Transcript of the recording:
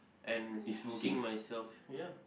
and seeing myself ya